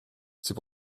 c’est